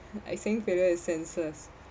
I think failure is senseless